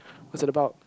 was it about